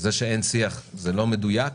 זה שאין שיח זה לא מדויק.